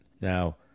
Now